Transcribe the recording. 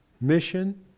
mission